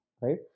right